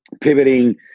pivoting